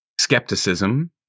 skepticism